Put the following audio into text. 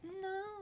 No